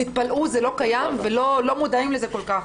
תתפלאו, זה לא קיים ולא מודעים לזה כל כך.